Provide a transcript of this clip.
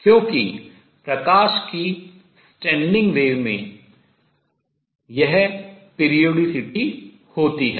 क्योंकि प्रकाश की standing wave अप्रगामी तरंग में यह आवर्तता होती है